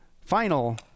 final